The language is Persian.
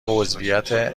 عضویت